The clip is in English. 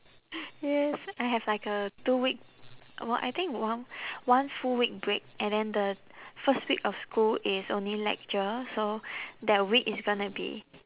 yes I have like a two week w~ I think one one full week break and then the first week of school is only lecture so that week is gonna be